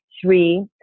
Three